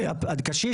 הקשיש,